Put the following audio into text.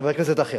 חבר כנסת אחר,